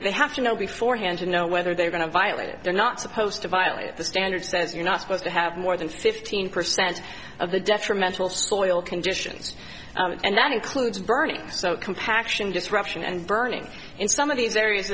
they have to know before hand to know whether they are going to violate it they're not supposed to violate the standard says you're not supposed to have more than fifteen percent of the detrimental spoil conditions and that includes burning so compaction disruption and burning in some of these areas